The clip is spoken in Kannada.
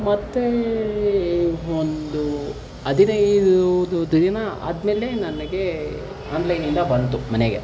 ಮತ್ತೆ ಒಂದು ಹದಿನೈದು ದಿನ ಆದಮೇಲೆ ನನಗೆ ಆನ್ಲೈನಿಂದ ಬಂತು ಮನೆಗೆ